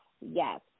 yes